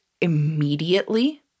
immediately